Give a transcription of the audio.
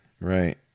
Right